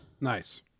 Nice